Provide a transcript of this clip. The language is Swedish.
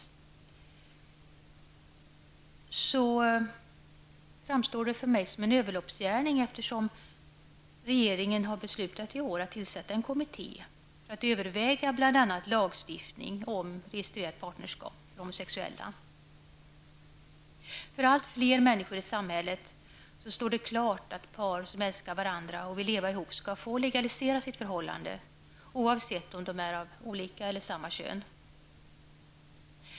Detta framstår för mig som en överloppsgärning, eftersom regeringen i år har beslutat att tillsätta en kommitté för att överväga bl.a. lagstiftning om registrerat partnerskap för homosexuella. För allt fler människor i samhället står det klart att par som älskar varandra och vill leva ihop skall få legalisera sina förhållanden oavsett om de är av olika eller samma kön.